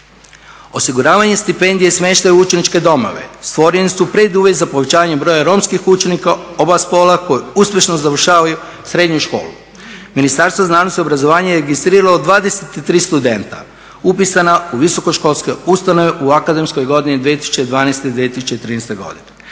Osiguravanje stipendije, smještaj u učeničke domove stvoreni su preduvjeti za povećanjem broja romskih učenika oba spola koji uspješno završavaju srednju školu. Ministarstvo znanosti, obrazovanja je registriralo 23 studenta upisana u visoko školske ustanove u akademskoj godini 2012./2013. Smatram